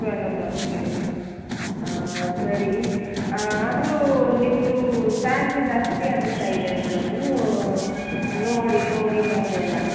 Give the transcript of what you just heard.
twelve ಓ ಕ್ಲಾಕಿಗೆ ಇದೆಯಾ ಸರಿ ಆದರೂ ನಿಮ್ಮದು ಚಾರ್ಜ್ ಜಾಸ್ತಿ ಅನ್ನಿಸ್ತಾ ಇದೆ ರೀ ಮೇಡಮೂ ನೋಡಿ ನೋಡಿ ನೋಡೀವಿ ಎಲ್ಲ